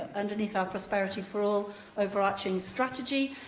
ah underneath our prosperity for all overarching strategy.